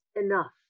Enough